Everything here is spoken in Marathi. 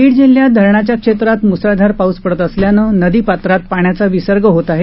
बीड जिल्ह्यात धरणाच्या क्षेत्रात मुसळधार पाऊस पडत असल्यानं नदी पात्रात पाण्याचा विसर्ग केला जात आहे